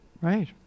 Right